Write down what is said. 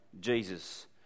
Jesus